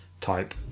type